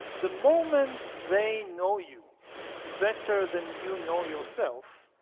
the moment they know you better than you know yourself,